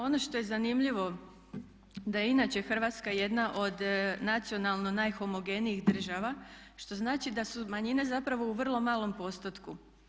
Ono što je zanimljivo da je inače Hrvatska jedna od nacionalno najhomogenijih država što znači da su manjine zapravo u vrlo malo postotku.